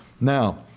Now